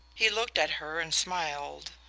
he looked at her and smiled.